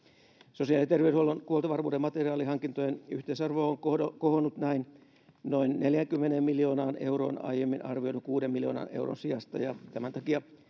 sosiaali ja terveydenhuollon huoltovarmuuden materiaalihankintojen yhteisarvo on kohonnut näin noin neljäänkymmeneen miljoonaan euroon aiemmin arvioidun kuuden miljoonan euron sijasta ja tämän takia